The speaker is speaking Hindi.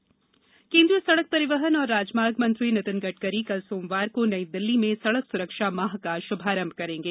सड़क सुरक्षा सप्ताह केंद्रीय सड़क परिवहन और राजमार्ग मंत्री नितिन गडकरी कल सोमवार को नई दिल्ली में सड़क सुरक्षा माह का शुभारंभ करेंगे